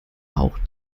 auch